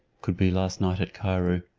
could be last night at cairo?